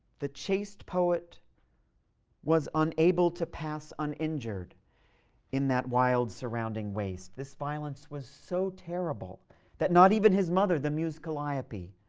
the chaste poet was unable to pass uninjured in that wild surrounding waste. this violence was so terrible that not even his mother, the muse calliope,